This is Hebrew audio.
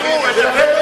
ולכן,